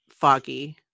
foggy